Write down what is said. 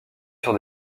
sur